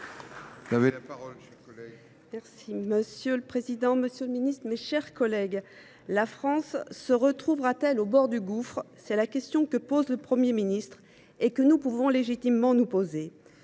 Monsieur le président, monsieur le ministre, mes chers collègues, la France se retrouvera t elle au bord du gouffre ? C’est la question que pose le Premier ministre et que nous pouvons légitimement nous poser.